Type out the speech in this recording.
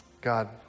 God